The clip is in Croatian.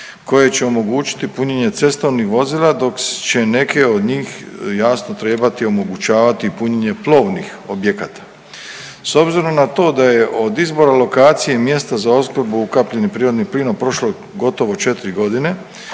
koje će omogućiti punjenje cestovnih vozila dok će neke od njih jasno trebati omogućavati i punjenje plovnih objekata. S obzirom na to da je od izbora lokacije i mjesta za opskrbu ukapljenim prirodnim plinom prošlo gotovo 4 godine